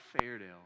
Fairdale